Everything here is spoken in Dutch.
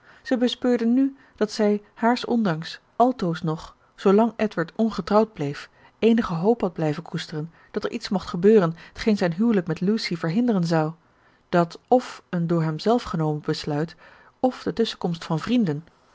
zij bespeurde nu dat zij haars ondanks altoos nog zoolang edward ongetrouwd bleef eenige hoop had blijven koesteren dat er iets mocht gebeuren t geen zijn huwelijk met lucy verhinderen zou dat f een door hemzelf genomen besluit f de tusschenkomst van vrienden